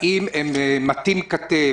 האם הם מטים כתף?